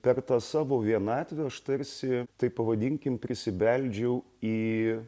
per tą savo vienatvę aš tarsi taip pavadinkim prisibeldžiau į